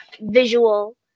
visual